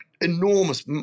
enormous